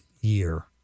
year